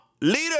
leader